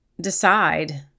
decide